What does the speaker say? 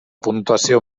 puntuació